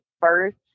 first